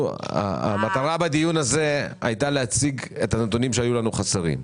המטרה בדיון הזה הייתה להציג את הנתונים שהיו חסרים לנו.